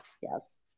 Yes